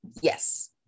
Yes